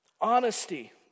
honesty